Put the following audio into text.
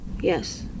yes